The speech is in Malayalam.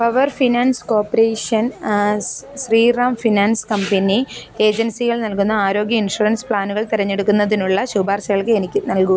power finance corporation Shriram finance company ഏജൻസികൾ നൽകുന്ന ആരോഗ്യ ഇൻഷുറൻസ് പ്ലാനുകൾ തെരഞ്ഞെടുക്കുന്നതിനുള്ള ശുപാർശകൾക്ക് എനിക്ക് നൽകു